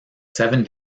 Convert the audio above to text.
seven